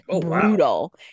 brutal